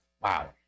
Wow